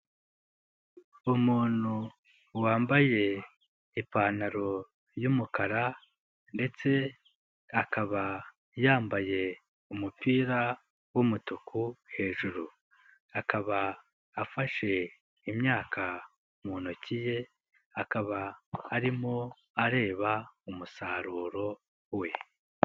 Umuntu wambaye ipantaro y'umukara ndetse akaba yambaye umupira w'umutuku hejuru. Akaba afashe imyaka mu ntoki ye, akaba arimo areba umusaruro we.